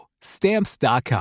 Stamps.com